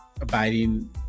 abiding